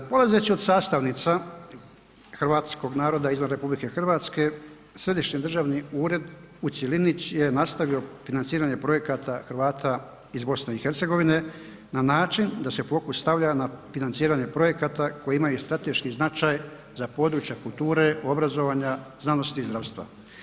Polazeći od sastavnica hrvatskog naroda izvan RH središnji državni ured u cjelini je nastavio financiranje projekata Hrvata iz BiH na način da se fokus stavlja na financiranje projekata koji imaju strateški značaj za područja kulture, obrazovanja, znanosti i zdravstva.